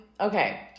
Okay